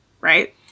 Right